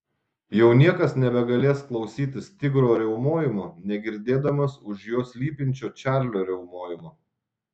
jau niekas nebegalės klausytis tigro riaumojimo negirdėdamas už jo slypinčio čarlio riaumojimo